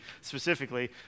specifically